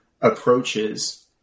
approaches